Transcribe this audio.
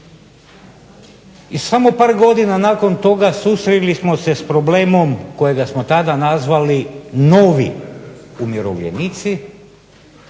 I samo par godina nakon toga susreli smo se s problemom kojega smo tada nazvali novi umirovljenici